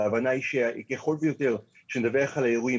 ההבנה היא שככל שיותר נדווח על האירועים